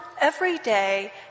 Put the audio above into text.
everyday